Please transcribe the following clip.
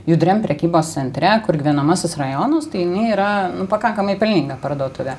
judriam prekybos centre kur gyvenamasis rajonas tai jinai yra pakankamai pelninga parduotuvė